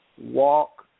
walk